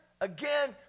again